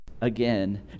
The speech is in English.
again